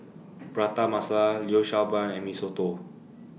Prata Masala Liu Sha Bao and Mee Soto